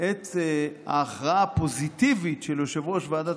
את ההכרעה הפוזיטיבית של יושב-ראש ועדת